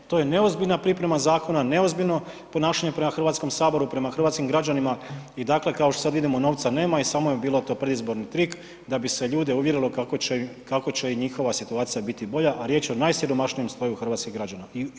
To je neozbiljna priprema zakona, neozbiljno ponašanje prema Hrvatskom saboru, prema hrvatskim građanima i dakle kao što sad vidimo, novca nema i samo je bio to predizborni trik da bi se ljude uvjerilo kako će njihova situacija biti bolja a riječ je o najsiromašnijem sloju hrvatskih građana i umirovljenika.